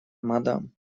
мадам